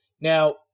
Now